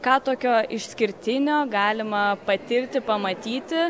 ką tokio išskirtinio galima patirti pamatyti